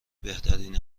بهترین